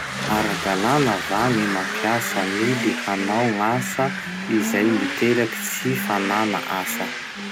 Ara-dalàna va gny mampiasa mily hanao gn'asa izay miteraky tsy fanana asa?